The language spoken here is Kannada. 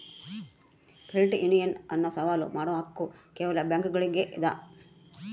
ಕ್ರೆಡಿಟ್ ಯೂನಿಯನ್ ಅನ್ನು ಸವಾಲು ಮಾಡುವ ಹಕ್ಕು ಕೇವಲ ಬ್ಯಾಂಕುಗುಳ್ಗೆ ಇದ